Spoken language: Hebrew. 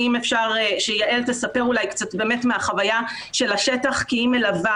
אם אפשר שיעל תספר מהחוויה של השטח כי היא מלווה